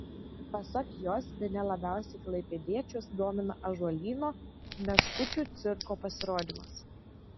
pasak jos bene labiausiai klaipėdiečius domina ąžuolyno meškučių cirko pasirodymas